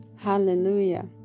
Hallelujah